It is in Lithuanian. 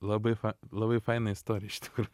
labai labai faina istorija iš tikrųjų